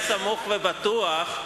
היה סמוך ובטוח,